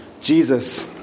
Jesus